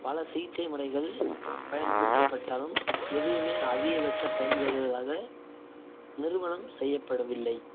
பல சிகிச்சை முறைகள் பயன்படுத்தப்பட்டாலும் எதுவுமே அதிகபட்ச பயன்பெறுவதாக நிரூபணம் செய்யப்படவில்லை